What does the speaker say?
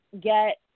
get